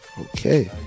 Okay